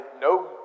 No